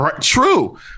true